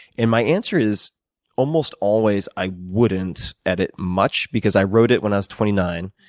and my answer is almost always i wouldn't edit much because i wrote it when i was twenty nine,